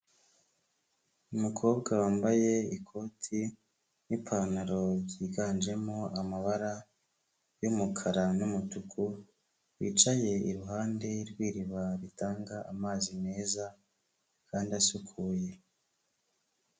Umukobwa wambaye ikoti n'ipantaro byiganjemo amabara y'umukara n'umutuku, wicaye iruhande rw'iriba ritanga amazi meza kandi asukuye.